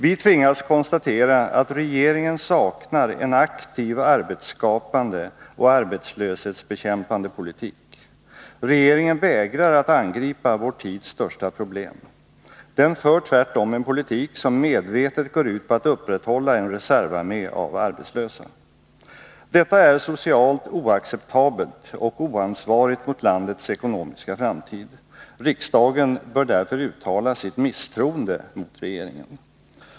Vi tvingas konstatera att regeringen saknar en aktiv arbetsskapande och arbetslöshetsbekämpande politik. Regeringen vägrar att angripa vår tids största problem. Den för tvärtom en politik som medvetet går ut på att upprätthålla en reservarmé av arbetslösa. Detta är socialt oacceptabelt och oansvarigt mot landets ekonomiska framtid. Riksdagen bör därför uttala sitt misstroende mot regeringen.